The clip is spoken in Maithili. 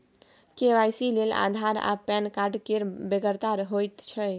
के.वाई.सी लेल आधार आ पैन कार्ड केर बेगरता होइत छै